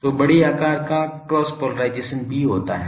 तो बड़े आकार का क्रॉस पोलराइजेशन भी होता है